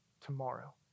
tomorrow